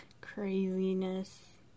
Craziness